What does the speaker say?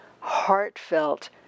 heartfelt